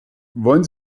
wollen